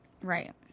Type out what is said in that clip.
Right